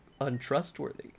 untrustworthy